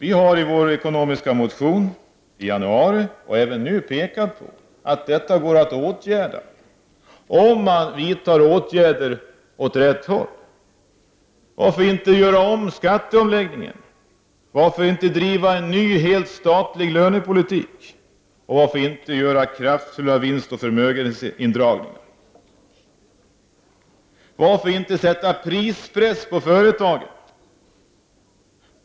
Vi har i vår ekonomiska motion i januari, och även nu, pekat på att man kan komma till rätta med detta om man vidtar åtgärder åt rätt håll. Varför inte göra om skatteomläggningen? Varför inte driva en ny, helt statlig lönepolitik? Och varför inte göra kraftiga vinstoch förmögenhetsindragningar? Varför inte sätta prispress på företagen?